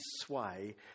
sway